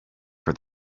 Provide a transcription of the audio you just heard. for